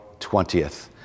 20th